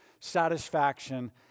satisfaction